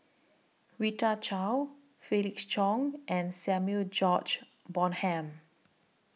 Rita Chao Felix Cheong and Samuel George Bonham